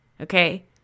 okay